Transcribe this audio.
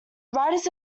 writers